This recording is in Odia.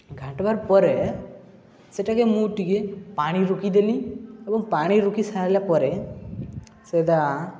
ଘାଣ୍ଟବାର୍ ପରେ ସେଟାକେ ମୁଁ ଟିକିଏ ପାଣି ରୁକିଦେଲି ଏବଂ ପାଣି ରୁକି ସାରିଲା ପରେ ସେଇଟା